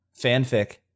Fanfic